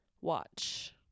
watch